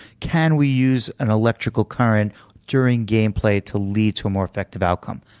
can we use an electrical current during game play to lead to a more effective outcome?